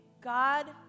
God